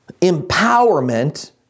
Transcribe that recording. empowerment